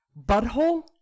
butthole